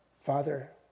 Father